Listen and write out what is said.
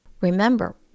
Remember